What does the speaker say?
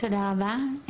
תודה רבה.